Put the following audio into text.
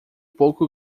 pouco